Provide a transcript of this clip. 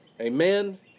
Amen